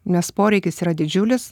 nes poreikis yra didžiulis